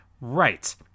Right